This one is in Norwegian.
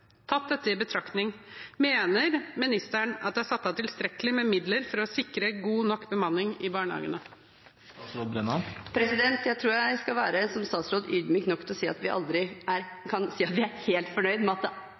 Dette tatt i betraktning – mener ministeren at det er satt av tilstrekkelig med midler for å sikre god nok bemanning i barnehagene? Jeg tror jeg som statsråd skal være ydmyk nok til å si at vi aldri kan si at vi er helt fornøyd, og at